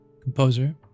composer